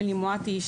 אמילי מואטי,